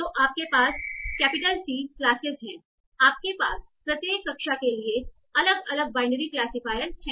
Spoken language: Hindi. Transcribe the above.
तो आपके पास कैपिटल C क्लासेस हैं आपके पास प्रत्येक कक्षा के लिए अलग अलग बाइनरी क्लासीफायर हैं